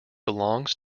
belongs